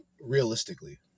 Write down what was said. realistically